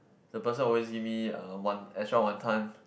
the person always give me uh one extra wonton